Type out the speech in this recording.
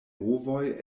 movoj